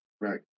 Right